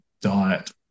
diet